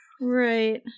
Right